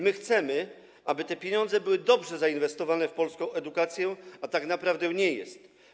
My chcemy, aby te pieniądze były dobrze zainwestowane w polską edukację, a tak naprawdę nie jest.